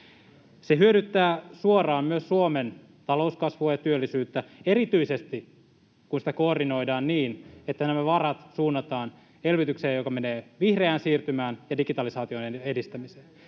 Se hyödyttää suoraan myös Suomen talouskasvua ja työllisyyttä, erityisesti kun sitä koordinoidaan niin, että nämä varat suunnataan elvytykseen, joka menee vihreään siirtymään ja digitalisaation edistämiseen.